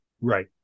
right